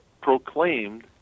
proclaimed